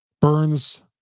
Burns